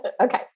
Okay